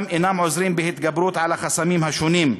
גם אינם עוזרים בהתגברות על החסמים השונים.